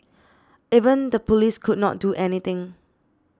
even the police could not do anything